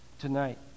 Tonight